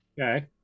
Okay